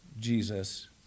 Jesus